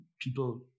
people